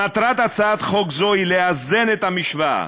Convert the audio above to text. מטרת הצעת חוק זו היא לאזן את המשוואה